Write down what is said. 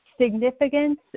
significance